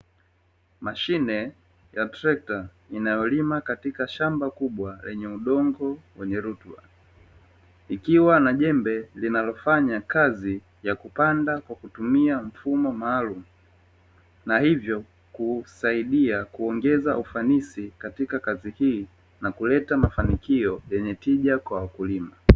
Mashine ya trekta inayolima katika shamba kubwa lenye udongo wenye rutuba, ikiwa na jembe linalofanya kazi ya kupanda kwa kutumia mfumo maalumu, na hivyo kusaidia kuongeza ufanisi katika kazi hii na kuleta mafanikio yenye tija kwa wakulima.